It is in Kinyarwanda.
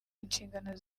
inshingano